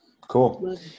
Cool